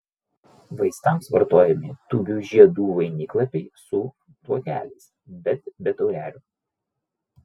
vaistams vartojami tūbių žiedų vainiklapiai su kuokeliais bet be taurelių